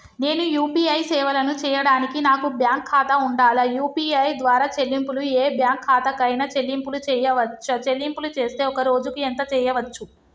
నేను యూ.పీ.ఐ సేవలను చేయడానికి నాకు బ్యాంక్ ఖాతా ఉండాలా? యూ.పీ.ఐ ద్వారా చెల్లింపులు ఏ బ్యాంక్ ఖాతా కైనా చెల్లింపులు చేయవచ్చా? చెల్లింపులు చేస్తే ఒక్క రోజుకు ఎంత చేయవచ్చు?